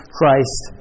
Christ